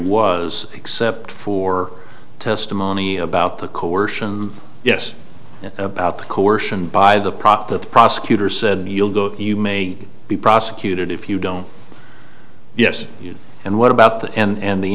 was except for testimony about the coercion yes about the coercion by the prop the prosecutor said he'll go you may be prosecuted if you don't yes and what about that and the